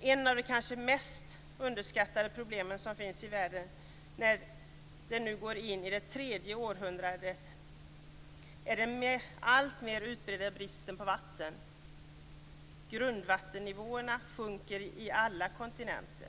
Ett av de kanske mest underskattade problemen i världen nu när vi går in i det tredje årtusendet, är den alltmer utbredda bristen på vatten. Grundvattennivåerna sjunker i alla kontinenter.